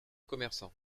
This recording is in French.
commerçant